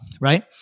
right